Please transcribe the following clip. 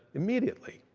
immediately,